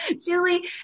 Julie